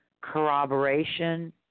corroboration